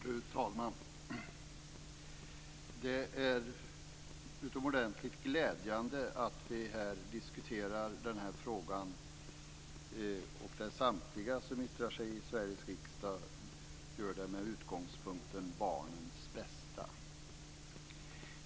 Fru talman! Det är utomordentligt glädjande att vi nu diskuterar den här frågan och att samtliga som yttrar sig i Sveriges riksdag gör det med barnens bästa som utgångspunkt.